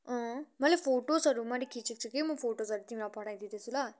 अँ मैले फोटोजहरू मैले खिचेको छु कि म फोटोजहरू तिमीलाई पठाइदिँदैछु ल